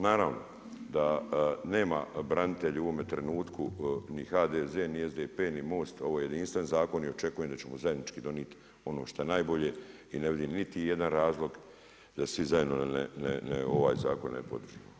Naravno da … branitelji u ovome trenutku ni HDZ, ni SDP, ni MOST, ovo je jedinstven zakon i očekujemo da ćemo zajednički donijeti ono što je najbolje i ne vidim niti jedan razlog da svi zajedno ovaj zakon ne podržimo.